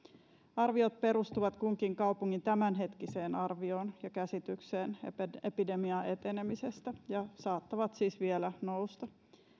arviot perustuvat kunkin kaupungin tämänhetkiseen arvioon ja käsitykseen epidemian etenemisestä ja saattavat siis vielä nousta